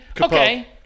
okay